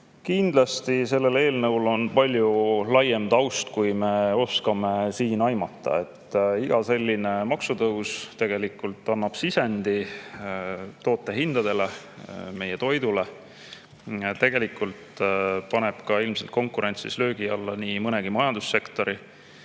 Kindlasti sellel eelnõul on palju laiem taust, kui me oskame siin aimata. Iga selline maksutõus tegelikult annab sisendi toote hindadele, meie toidu hindadele. Tegelikult paneb see ilmselt konkurentsis löögi alla nii mõnegi majandussektori.